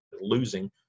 losing